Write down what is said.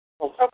Okay